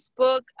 Facebook